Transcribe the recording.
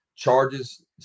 Charges